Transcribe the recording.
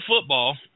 football